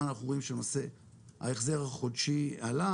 שלאורך זמן אנחנו רואים שההחזר החודשי עלה,